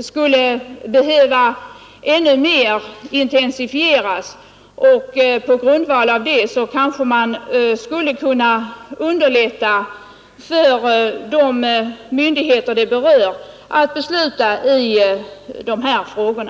skulle behöva fortsättas och ännu mer intensifieras, och på grundval av framkomna resultat skulle man kunna underlätta för de myndigheter det berör att besluta i de här frågorna.